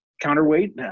counterweight